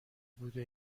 بوده